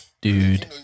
Dude